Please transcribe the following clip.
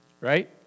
Right